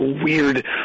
weird